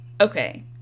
Okay